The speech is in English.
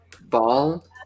Ball